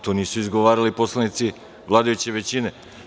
To nisu izgovarali poslanici vladajuće većine.